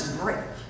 break